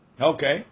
Okay